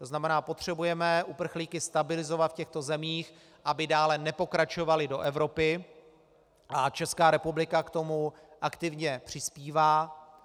To znamená, potřebujeme uprchlíky stabilizovat v těchto zemích, aby dále nepokračovali do Evropy, a Česká republika k tomu aktivně přispívá.